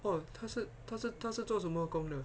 哦她是她是做什么工的